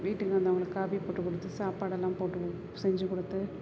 வீட்டுக்கு வந்தவர்களுக்கு காபி போட்டுக் கொடுத்து சாப்பாடெல்லாம் போட்டு கொடு செஞ்சு கொடுத்து